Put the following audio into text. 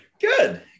Good